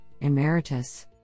Emeritus